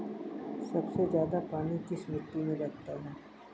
सबसे ज्यादा पानी किस मिट्टी में लगता है?